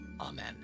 Amen